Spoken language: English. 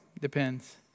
Depends